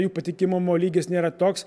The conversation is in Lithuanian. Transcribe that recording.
jų patikimumo lygis nėra toks